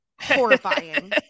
horrifying